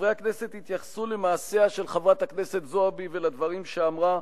חברי הכנסת התייחסו למעשיה של חברת הכנסת זועבי ולדברים שאמרה,